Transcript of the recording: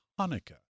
Hanukkah